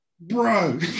Bro